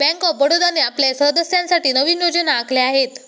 bank of बडोदाने आपल्या सदस्यांसाठी नवीन योजना आखल्या आहेत